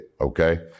Okay